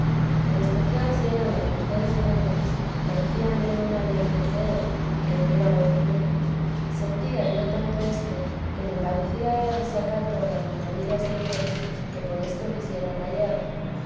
en especial si eran las mercedes grandes parecíame no me habían de creer y que burlaban de mí sentía yo tanto esto que me parecía era desacato a las maravillas de dios que por esto quisiera callar